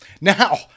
Now